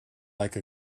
like